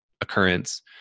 occurrence